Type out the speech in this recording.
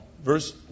Verse